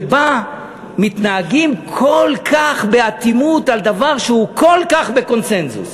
שבה מתנהגים כל כך באטימות על דבר שהוא כל כך בקונסנזוס.